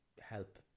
help